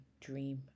dream